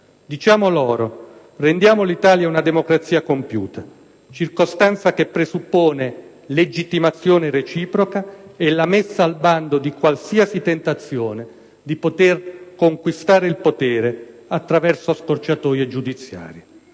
Diciamo loro: rendiamo l'Italia una democrazia compiuta, circostanza che presuppone legittimazione reciproca e la messa al bando di qualsiasi tentazione di conquistare il potere attraverso scorciatoie giudiziarie.